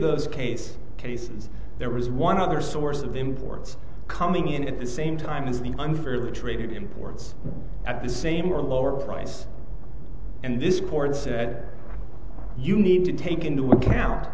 those case case there was one other source of imports coming in at the same time and unfairly treated imports at the same or lower price and this port said you need to take into account